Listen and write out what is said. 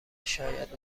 شاید